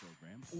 program